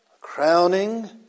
crowning